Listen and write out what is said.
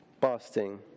busting